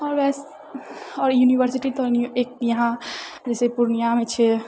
आओर आओर यूनिवर्सिटी तऽ यहाँ जैसे पूर्णियामे छै